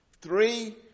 Three